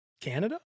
Canada